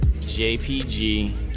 J-P-G